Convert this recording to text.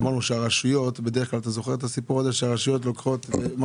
אמרנו שבדרך כלל הרשויות לוקחות את מה